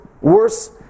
worse